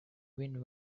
win